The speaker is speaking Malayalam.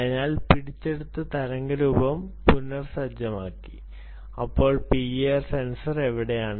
അതിനാൽ പിടിച്ചെടുത്ത തരംഗ രൂപം പുനർ സജ്ജമാക്കി ഇപ്പോൾ പിഐആർ സെൻസർ എവിടെയാണ്